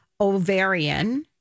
ovarian